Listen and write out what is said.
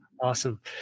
Awesome